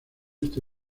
ese